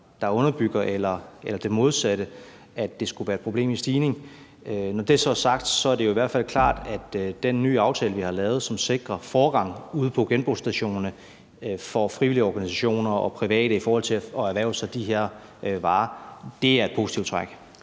der underbygger det – eller det modsatte, altså at det skulle være et problem, der er i stigning. Når det så er sagt, er det jo i hvert fald klart, at den nye aftale, vi har lavet, som sikrer forrang ude på genbrugsstationerne for frivillige organisationer og private i forhold til at erhverve sig de her varer, er et positivt træk.